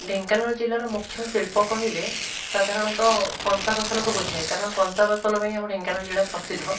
ଢେଙ୍କାନାଳ ଜିଲ୍ଲାର ମୁଖ୍ୟ ଶିଳ୍ପ କହିଲେ ସାଧାରଣତଃ କଂସା ବାସନକୁ ବୁଝାଏ କାରଣ କଂସା ବାସନ ପାଇଁ ଆମ ଢେଙ୍କାନାଳ ଜିଲ୍ଲା ପ୍ରସିଦ୍ଧ